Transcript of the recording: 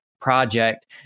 project